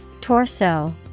Torso